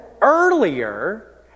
earlier